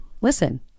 listen